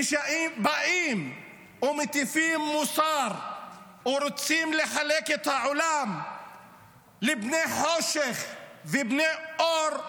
וכשבאים ומטיפים מוסר או רוצים לחלק את העולם לבני חושך ובני אור,